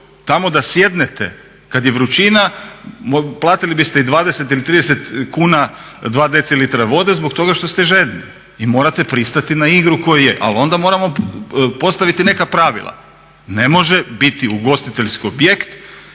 Tamo da sjednete kad je vrućina platili biste 20 ili 30 kuna 2 dcl vode zbog toga što ste žedni i morate pristati na igru koja je, ali onda moramo postaviti neka pravila. Ne može biti ugostiteljski objekt